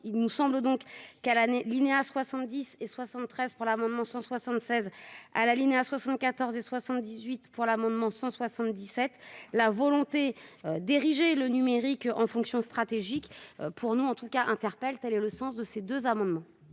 il nous semble donc l'année Linia 70 et 73 pour l'amendement 176 à La Linea 74 et 78 pour l'amendement 177 la volonté d'ériger le numérique en fonction stratégique pour nous, en tout cas, interpelle-t-elle et le sens de ces deux amendements.